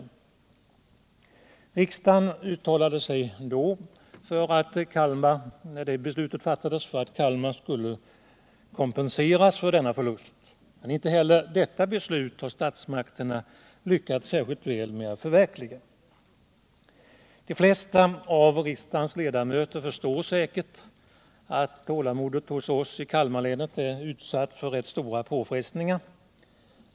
När beslutet fattades uttalade sig riksdagen för att Kalmar skulle kompenseras för denna förlust. Inte heller detta beslut har statsmakterna lyckats särskilt väl med att förverkliga. De flesta av riksdagens ledamöter förstår säkert att tålamodet hos oss i Kalmarlänet är utsatt för rätt stora påfrestningar.